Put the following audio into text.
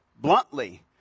bluntly